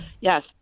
Yes